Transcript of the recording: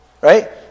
right